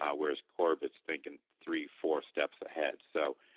whereas corbett is thinking three four steps ahead so,